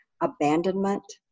abandonment